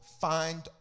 find